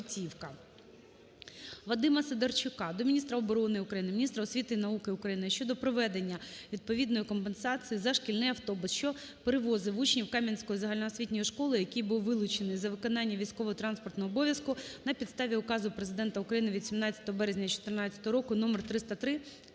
Вадима Сидорчука до міністра оборони України, міністра освіти і науки України щодо проведення відповідної компенсації за шкільний автобус, що перевозив учнів Кам’янської загальноосвітньої школи, який був вилучений на виконання військово-транспортного обов'язку на підставі Указу Президента України від 17 березня 2014 року № 303